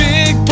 Big